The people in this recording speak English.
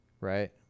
right